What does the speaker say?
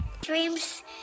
dreams